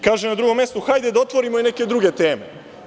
Kaže na drugom mestu – hajde da otvorimo i neke druge teme.